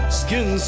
skin